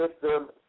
system